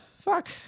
fuck